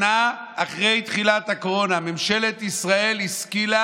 שנה אחרי תחילת הקורונה ממשלת ישראל השכילה